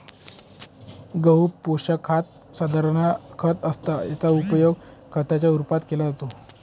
बहु पोशाखात साधारण खत असतं याचा उपयोग खताच्या रूपात केला जातो